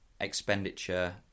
Expenditure